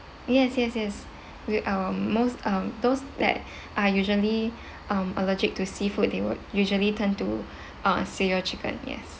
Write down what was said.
yes yes yes we our most um those that are usually um allergic to seafood they would usually tend to uh cereal chicken yes